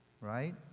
Right